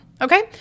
okay